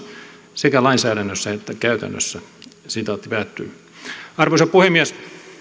sekä lainsäädännössä että käytännössä arvoisa puhemies